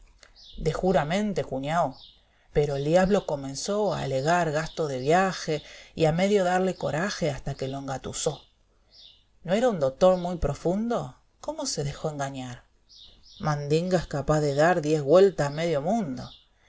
dejuramente ouñao pero el diablo comenzó a alegar gastos de viaje y a medio darle coraje hasta que lo engatuzó no era un dotor muy profundo cómo se dejó engañar mandíqga es capaz de dar diez güeltas a medio mundo